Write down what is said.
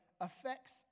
affects